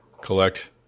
collect